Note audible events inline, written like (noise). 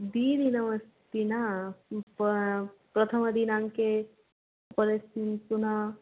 द्विदिनमस्ति न प्रथमदिनाङ्के (unintelligible) पुनः